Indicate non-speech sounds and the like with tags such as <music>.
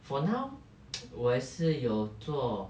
for now <noise> 我也是有做